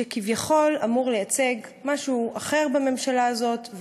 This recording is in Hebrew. שכביכול אמור לייצג משהו אחר בממשלה הזאת,